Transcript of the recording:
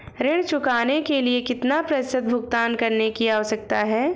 ऋण चुकाने के लिए कितना प्रतिशत भुगतान करने की आवश्यकता है?